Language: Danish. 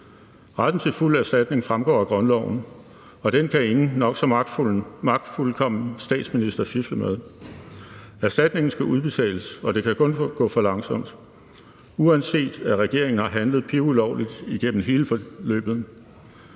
Retten til fuld erstatning fremgår af grundloven, og den kan ingen nok så magtfuldkommen statsminister fifle med. Erstatningen skal udbetales, og det kan kun gå for langsomt, uanset at regeringen har handlet pivulovligt igennem hele forløbet.